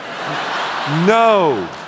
No